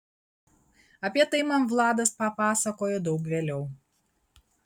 apie tai man vladas papasakojo daug vėliau